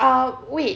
uh wait